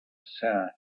sun